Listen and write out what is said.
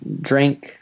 drink